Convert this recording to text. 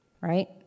Right